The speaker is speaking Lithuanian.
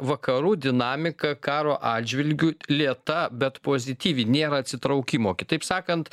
vakarų dinamika karo atžvilgiu lėta bet pozityvi nėra atsitraukimo kitaip sakant